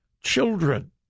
children